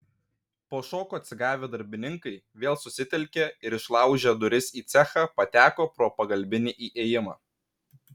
po šoko atsigavę darbininkai vėl susitelkė ir išlaužę duris į cechą pateko pro pagalbinį įėjimą